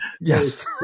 Yes